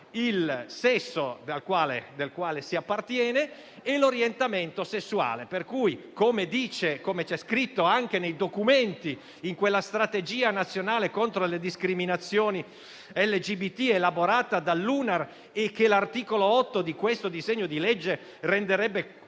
il sesso a cui si appartiene e l'orientamento sessuale. Pertanto, come c'è scritto anche nei documenti e in quella strategia nazionale contro le discriminazioni LGBT elaborata dall'UNAR (che l'articolo 8 di questo disegno di legge eleverebbe